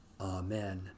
Amen